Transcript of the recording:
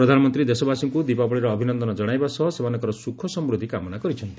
ପ୍ରଧାନମନ୍ତ୍ରୀ ଦେଶବାସୀଙ୍କୁ ଦୀପାବଳିର ଅଭିନନ୍ଦନ ଜଣାଇବା ସହ ସେମାନଙ୍କର ସୁଖସମୃଦ୍ଧି କାମନା କରିଛନ୍ତି